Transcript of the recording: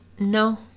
no